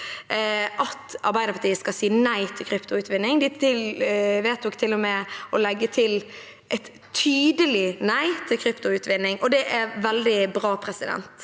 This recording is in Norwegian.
Arbeiderpartiet skal si nei til kryptoutvinning. De vedtok til og med å legge til et tydelig nei til kryptoutvinning. Det er veldig bra. Rødt